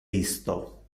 isto